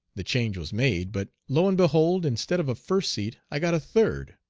the change was made, but lo and behold! instead of a first seat i got a third.